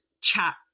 chat